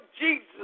Jesus